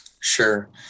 Sure